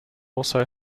also